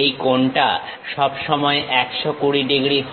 এই কোণটা সবসময় 120 ডিগ্রী হয়